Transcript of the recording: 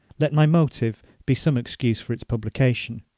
let my motive be some excuse for its publication.